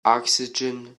oxygen